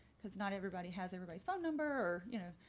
because not everybody has everybody's phone number, you know,